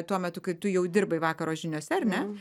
tuo metu kai tu jau dirbai vakaro žiniose ar ne